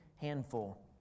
handful